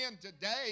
today